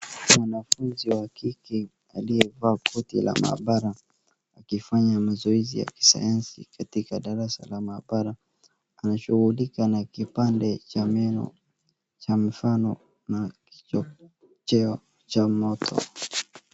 Mwanafunzi wa kike aliyevaa koti la maabara akifanya mazoezi ya kisayansi katikadarasa ya maabara anashughulika na kipande cha meno cha mfano na kichocheo cha moto.